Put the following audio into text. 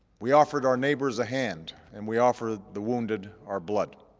we offered our neighbors a hand, and we offered the wounded our blood.